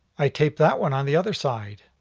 i tape that one on the other side,